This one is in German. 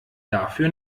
dafür